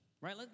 right